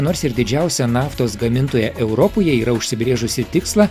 nors ir didžiausia naftos gamintoja europoje yra užsibrėžusi tikslą